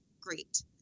great